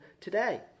today